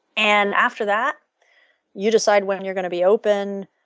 and after that you decide when you're going to be open,